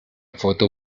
foto